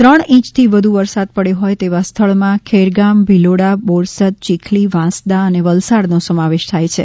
ત્રણ ઇંચથી વધુ વરસાદ પડ્યો હોય તેવા સ્થળમાં ખેરગામ ભિલોડા બોરસદ ચીખલી વાંસદા અને વલસાડનો સમાવેશ થાય છે